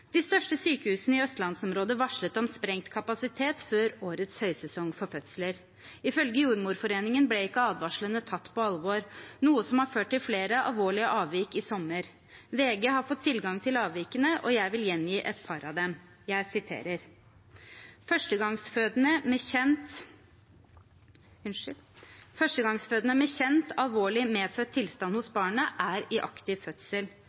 De største sykehusene i østlandsområdet varslet om sprengt kapasitet før årets høysesong for fødsler. Ifølge Jordmorforeningen ble ikke advarslene tatt på alvor, noe som førte til flere alvorlige avvik i sommer. VG har fått tilgang til avvikene, og jeg vil gjengi et par av dem. Jeg siterer: «Førstegangsfødende med kjent, alvorlig medfødt tilstand hos barnet, er i aktiv fødsel.